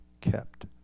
kept